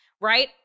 right